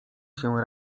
się